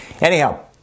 Anyhow